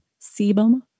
sebum